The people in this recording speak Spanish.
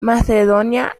macedonia